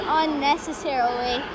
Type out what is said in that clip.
unnecessarily